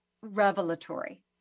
revelatory